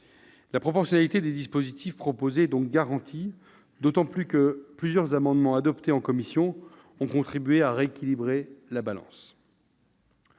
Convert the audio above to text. La proportionnalité des dispositifs proposés est donc garantie, d'autant que plusieurs amendements adoptés en commission ont contribué à rééquilibrer la balance.